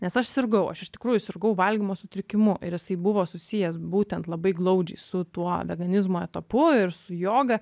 nes aš sirgau aš iš tikrųjų sirgau valgymo sutrikimu ir jisai buvo susijęs būtent labai glaudžiai su tuo veganizmo etapu ir su joga